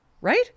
Right